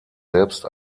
selbst